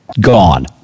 gone